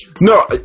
No